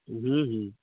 हूँ हूँ